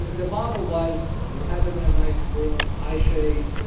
you know the model was, we had them in a nice room, eye shades,